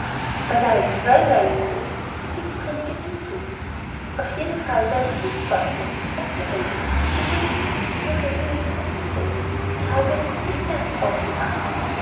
zwei meilen groß fügte die königin hinzu auf jeden fall werde ich nicht fortgehen sagte alice übrigens ist das kein regelmäßiges gesetz sie haben es sich eben erst ausgedacht